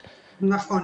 נכון.